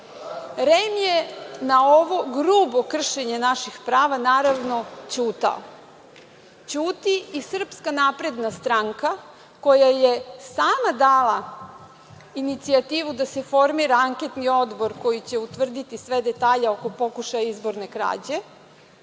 REM je na ovo grubo kršenje naših prava naravno ćutao. Ćuti i SNS koja je i sama dala inicijativu da se formira anketni odbor koji će utvrditi sve detalje o pokušaju izborne krađe,